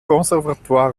conservatoire